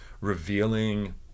revealing